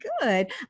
Good